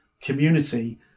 community